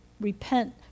repent